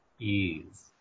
ease